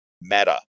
meta